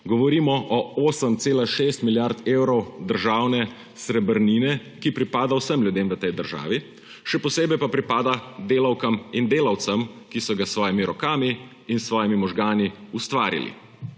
Govorimo o 8,6 milijarde evrov državne srebrnine, ki pripada vsem ljudem v tej državi, še posebej pa pripada delavkam in delavcem, ki so ga s svojimi rokami in svojimi možgani ustvarili.